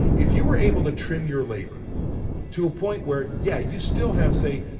if you were able to trim your labor to a point where, yeah, you still have, say,